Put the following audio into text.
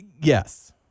Yes